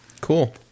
cool